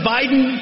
Biden